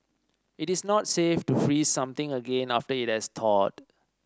it is not safe to freeze something again after it has thawed